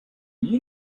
you